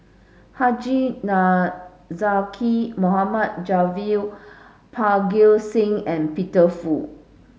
Haji Namazie Mohd Javad Parga Singh and Peter Fu